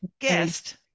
Guest